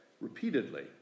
repeatedly